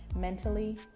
mentally